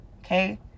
Okay